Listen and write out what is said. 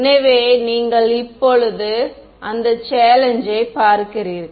எனவே நீங்கள் இப்போது அந்த சேலஞ்சு யை பார்க்கிறீர்கள்